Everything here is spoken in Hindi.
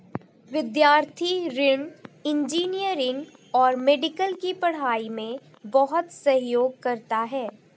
विद्यार्थी ऋण इंजीनियरिंग और मेडिकल की पढ़ाई में बहुत सहयोग करता है